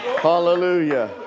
Hallelujah